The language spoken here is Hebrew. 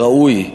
ראוי,